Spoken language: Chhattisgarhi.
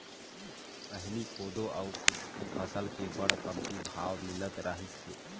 पहिली कोदो अउ कुटकी फसल के बड़ कमती भाव मिलत रहिस हे